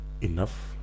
enough